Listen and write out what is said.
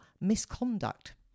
misconduct